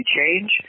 change